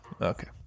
okay